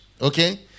Okay